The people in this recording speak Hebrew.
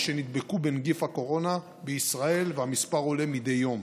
שנדבקו בנגיף הקורונה בישראל והמספר עולה מדי יום.